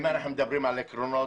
אם מדברים על העקרונות